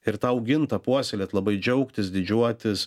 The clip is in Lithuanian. ir tau gimta puoselėt labai džiaugtis didžiuotis